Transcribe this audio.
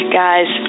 guys